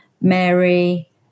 Mary